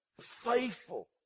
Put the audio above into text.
Faithful